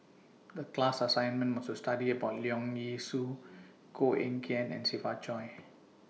The class assignment was to study about Leong Yee Soo Koh Eng Kian and Siva Choy